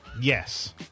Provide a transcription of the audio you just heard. Yes